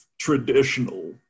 traditional